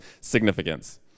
significance